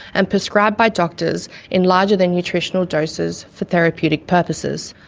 and prescribed by doctors in larger than nutritional doses for therapeutic purposes.